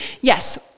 yes